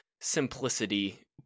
simplicity